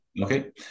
okay